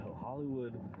hollywood